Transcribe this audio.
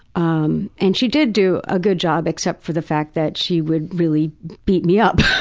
um and she did do a good job except for the fact that she would really beat me up.